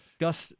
Gus